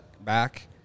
back